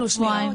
עוד שבועיים.